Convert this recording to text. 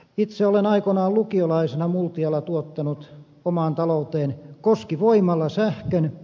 itse olen aikoinaan lukiolaisena multialla tuottanut omaan talouteen koskivoimalla sähkön